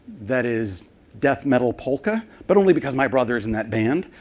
that is def metal polka, but only because my brother is in that band.